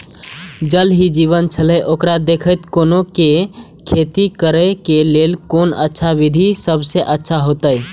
ज़ल ही जीवन छलाह ओकरा देखैत कोना के खेती करे के लेल कोन अच्छा विधि सबसँ अच्छा होयत?